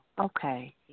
Okay